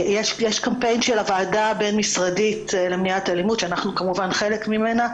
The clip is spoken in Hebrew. יש קמפיין של הוועדה הבין משרדית למניעת אלימות שאנחנו חלק ממנה,